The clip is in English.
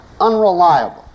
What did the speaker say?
unreliable